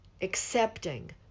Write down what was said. accepting